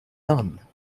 none